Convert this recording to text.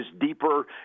deeper